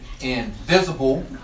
invisible